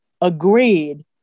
agreed